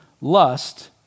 lust